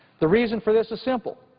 the reason for this is simple.